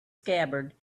scabbard